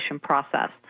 process